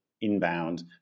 inbound